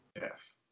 Yes